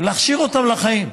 אלא להכשיר אותם לחיים,